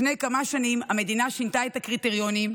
לפני כמה שנים המדינה שינתה את הקריטריונים,